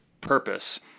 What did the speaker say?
purpose